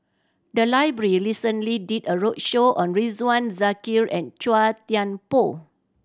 the library recently did a roadshow on Ridzwan Dzafir and Chua Thian Poh